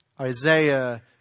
Isaiah